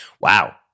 Wow